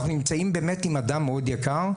אנחנו נמצאים באמת עם אדם מאוד יקר,